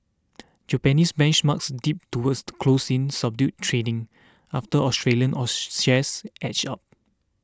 Japanese benchmarks dipped toward close in subdued trading after Australian all shares edged up